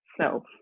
self